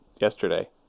yesterday